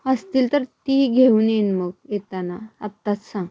असतील तर ती घेऊन येईन मग येताना आत्ताच सांग